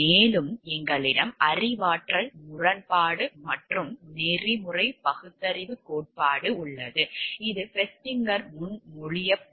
மேலும் எங்களிடம் அறிவாற்றல் முரண்பாடு மற்றும் நெறிமுறை பகுத்தறிவு கோட்பாடு உள்ளது இது ஃபெஸ்டிங்கரால் முன்மொழியப்பட்டது